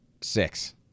Six